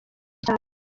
cyane